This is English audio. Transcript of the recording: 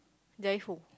drive who